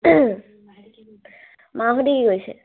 মাহঁতি কি কৰিছে